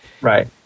Right